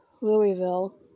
Louisville